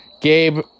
Gabe